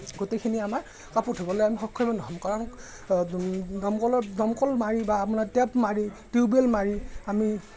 গোটেইখিনি আমাৰ কাপোৰ ধুবলৈ আমি সক্ষমেই নহ'ম কাৰণ দমকলত দমকল মাৰি বা আপোনাৰ টেপ মাৰি টিউবেল মাৰি আমি